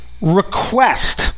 request